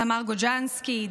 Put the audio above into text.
תמר גוז'נסקי,